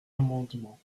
amendement